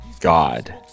God